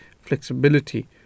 flexibility